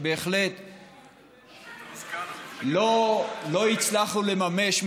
בהחלט לא הצלחנו לממש,